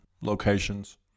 locations